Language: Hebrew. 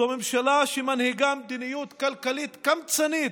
זו ממשלה שמנהיגה מדיניות כלכלית קמצנית,